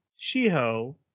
Shiho